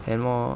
and more